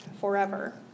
forever